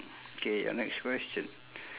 K your next question